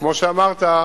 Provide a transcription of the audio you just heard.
וכמו שאמרת,